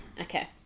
Okay